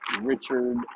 Richard